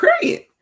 Period